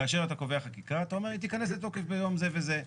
כאשר אתה קובע חקיקה אתה אומר היא תיכנס לתוקף ביום זה וזה.